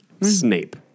Snape